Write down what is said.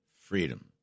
Freedom